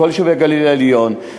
כל יישובי הגליל העליון.